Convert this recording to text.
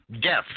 death